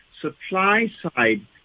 supply-side